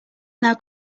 now